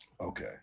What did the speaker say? Okay